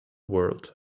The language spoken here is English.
world